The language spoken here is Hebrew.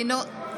אינה נוכחת